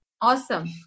Awesome